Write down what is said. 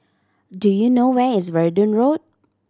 do you know where is Verdun Road